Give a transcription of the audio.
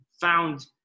found